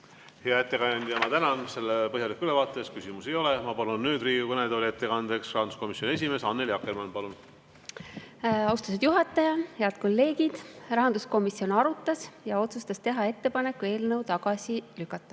Hea ettekandja, ma tänan selle põhjaliku ülevaate eest. Küsimusi ei ole. Ma palun nüüd Riigikogu kõnetooli ettekandjaks rahanduskomisjoni esimehe Annely Akkermanni. Palun! Austatud juhataja! Head kolleegid! Rahanduskomisjon arutas ja otsustas teha ettepaneku eelnõu tagasi lükata.